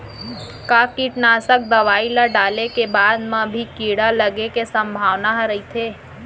का कीटनाशक दवई ल डाले के बाद म भी कीड़ा लगे के संभावना ह रइथे?